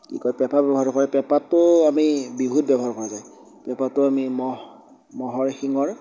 কি কয় পেপা ব্যৱহাৰ কৰে পেঁপাটো আমি বিহুত ব্যৱহাৰ কৰা যায় পেঁপাটো আমি ম'হ ম'হৰ শিঙৰ